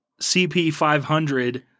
CP500